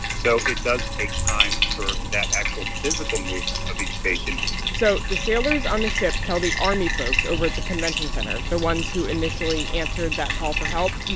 so it does take time for that actual physical movement of each patient so the sailors on the ship tell the army folks over at the convention center, the ones who initially answered that call for help,